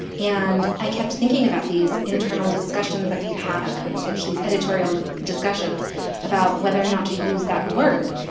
and i kept thinking about these internal discussions that we've had on code switch, these editorial discussions about whether or not to use that word.